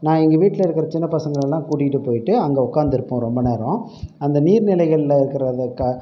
நான் எங்கள் வீட்டில் இருக்கிற சின்ன பசங்களெல்லாம் கூட்டிட்டு போயிட்டு அங்கே உட்காந்துருப்போம் ரொம்ப நேரம் அந்த நீர் நிலைகளில் இருக்கிற அந்த த